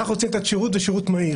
אנחנו רוצים לתת שירות ושירות מהיר.